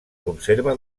conserva